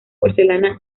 porcelana